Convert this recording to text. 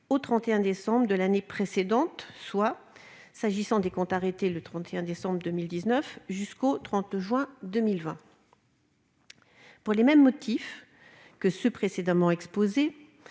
au 31 décembre de l'année précédente- soit, pour les comptes arrêtés le 31 décembre 2019, jusqu'au 30 juin 2020. Pour les mêmes motifs que ceux précédemment exposés,